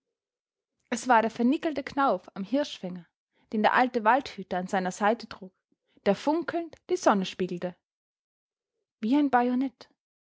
es war der vernickelte knauf am hirschfänger den der alte waldhüter an seiner seite trug der funkelnd die sonne spiegelte wie ein bajonett